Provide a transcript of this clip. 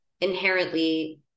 inherently